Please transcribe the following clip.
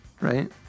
Right